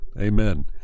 amen